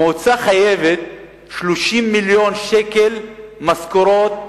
המועצה חייבת 30 מיליון שקל משכורות